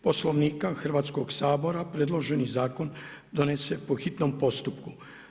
Poslovnika Hrvatskoga sabora predloženi zakon donese po hitnom postupku.